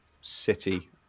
City